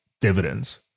dividends